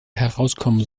herauskommen